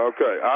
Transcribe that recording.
Okay